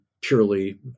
purely